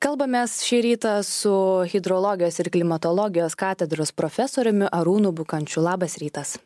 kalbamės šį rytą su hidrologijos ir klimatologijos katedros profesoriumi arūnu bukančiu labas rytas